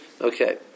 Okay